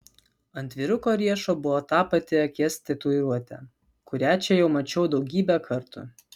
ant vyruko riešo buvo ta pati akies tatuiruotė kurią čia jau mačiau daugybę kartų